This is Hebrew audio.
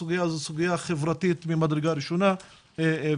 הסוגיה הזו היא סוגיה חברתית ממדרגה ראשונה ולכן